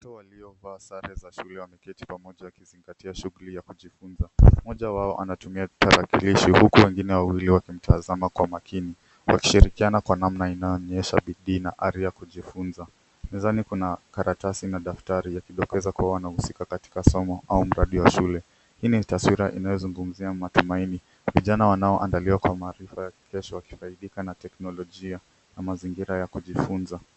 Watoto waliyovaa sare za shule wameketi pamoja wakizingatia shughuli ya kujifunza. Mmoja wao anatumia tarakilishi huku wegine wawili wakimtazama kwa makini .Wakishirikiana kwa namna inayonesha bidii na hari kujifunza, mezani kuna kartasi na daftari ya kidokeza kwa wanahusika katika somo au mradi wa shule hii ni taswira inayozungumzia matumaini ,vijana wanaoandaliwa kwa maarifa ya wakifaidika na teknolojia na mazingira ya kujifunza.